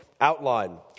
outline